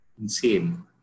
insane